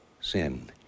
sin